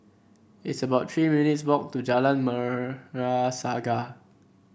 it's about Three minutes' walk to Jalan Merah Saga